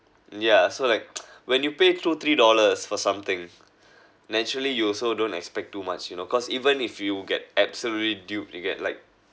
yeah so like when you pay two three dollars for something naturally you also don't expect too much you know cause even if you get absolutely duped you get like